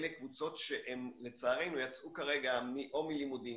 אלה קבוצות שיצאו לצערנו או מלימודים,